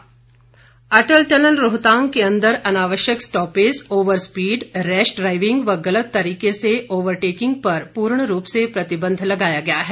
अटल tunnel Atal tunnel Rohtang के अंदर अनावाश्यक स्टॉपेज ऑवरस्पीड रैश ड्राइविंग व गलत तरीके से ओवरटेकिंग पर पूर्ण रूप से प्रतिबंध लगाया गया है